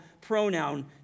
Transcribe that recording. pronoun